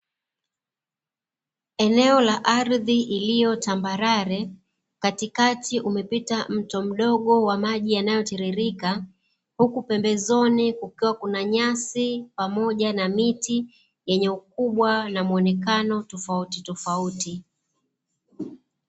Eneo la ardhi iliyo tambarare, katikati umepita mto mdogo wa maji yanayotiririka, huku pembezoni kukiwa na nyasi pamoja na miti yenye ukubwa na muonekano tofautitofauti.